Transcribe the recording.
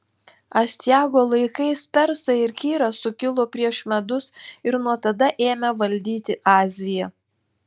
astiago laikais persai ir kyras sukilo prieš medus ir nuo tada ėmė valdyti aziją